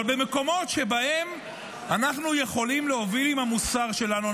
אבל במקומות שבהם אנחנו יכולים להוביל עם המוסר שלנו,